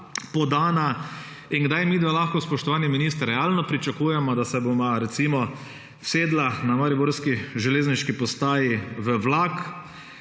podana? Kdaj lahko midva, spoštovani minister, realno pričakujeva, da se bova recimo usedla na mariborski železniški postaji v vlak